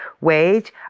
wage